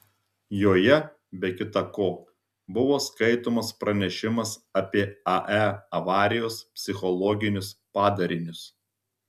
joje be kita ko buvo skaitomas pranešimas apie ae avarijos psichologinius padarinius